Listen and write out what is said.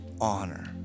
honor